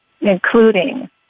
including